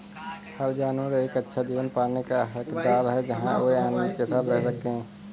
हर जानवर एक अच्छा जीवन पाने का हकदार है जहां वे आनंद के साथ रह सके